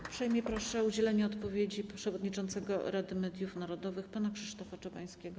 Uprzejmie proszę o udzielenie odpowiedzi przewodniczącego Rady Mediów Narodowych pana Krzysztofa Czabańskiego.